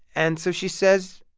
and so she says,